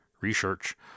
research